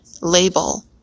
Label